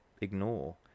ignore